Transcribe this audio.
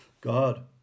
God